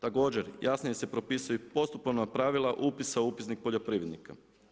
Također, jasnije se propisuju postupovna pravila upisa u Upisnik poljoprivrednika.